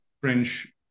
French